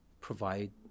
provide